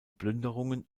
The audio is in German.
plünderungen